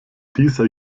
dieser